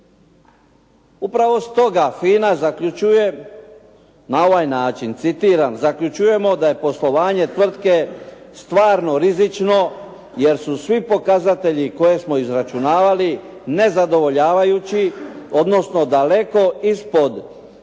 Upravo stoga FINA zaključuje na ovaj način, citiram: Zaključujemo da je poslovanje tvrtke stvarno rizično jer su svi pokazatelji koje smo izračunavali, nezadovoljavajući, odnosno daleko ispod